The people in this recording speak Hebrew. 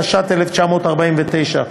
התש"ט 1949,